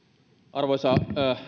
arvoisa